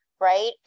right